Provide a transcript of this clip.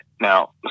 Now